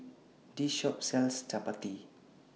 This Shop sells Chapati